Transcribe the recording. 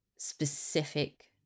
specific